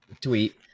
tweet